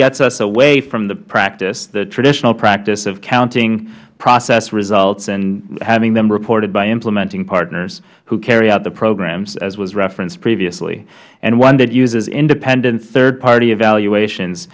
gets us away from the traditional practice of counting process results and having them reported by implementing partners who carry out the programs as referenced previously and one that uses independent third party evaluations